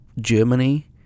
Germany